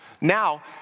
Now